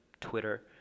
twitter